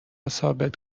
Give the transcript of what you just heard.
ثابت